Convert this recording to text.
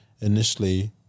initially